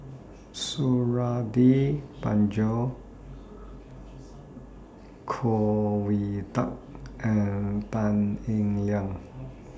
Suradi Parjo Khoo Oon Teik and Tan Eng Liang